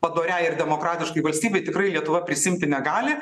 padoriai ir demokratiškai valstybei tikrai lietuva prisiimti negali